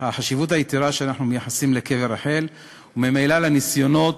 היתרה שאנחנו מייחסים לקבר רחל, וממילא לניסיונות